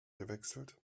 gewechselt